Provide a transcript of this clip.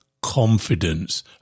Confidence